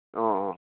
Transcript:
অঁ অঁ